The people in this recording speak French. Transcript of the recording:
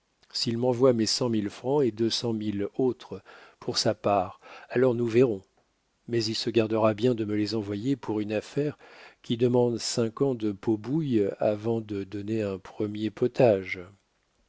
s'il m'envoie mes cent mille francs et deux cent mille autres pour sa part alors nous verrons mais il se gardera bien de me les envoyer pour une affaire qui demande cinq ans de pot bouille avant de donner un premier potage